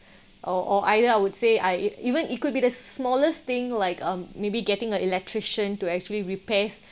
or or either I would say I even it could be the smallest thing like um maybe getting a electrician to actually repairs